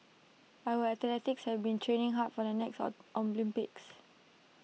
our athletes have been training hard for the next Olympics